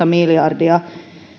miljardia